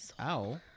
Ow